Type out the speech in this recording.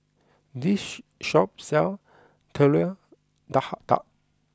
this shop sells Telur Dadah